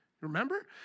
Remember